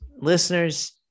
listeners